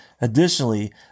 Additionally